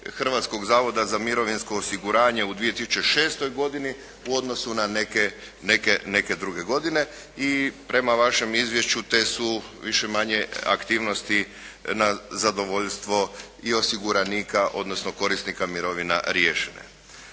Hrvatskog zavoda za mirovinsko osiguranje u 2006. godini u odnosu na neke druge godine. I prema vašem izvješću te su više-manje aktivnosti na zadovoljstvo i osiguranika odnosno korisnika mirovina riješene.